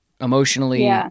emotionally